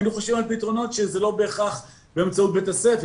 היינו חושבים על פתרונות שהם לא בהכרח באמצעות בית הספר,